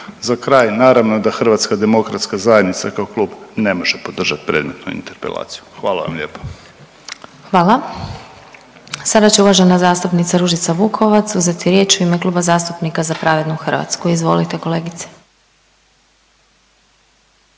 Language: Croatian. Za kraj. Naravno da Hrvatska demokratska zajednica kao klub ne može podržati predmetnu interpelaciju. Hvala vam lijepa. **Glasovac, Sabina (SDP)** Hvala. Sada će uvažena zastupnica Ružica Vukovac uzeti riječ u ime Kluba zastupnika za pravednu Hrvatsku. Izvolite kolegice.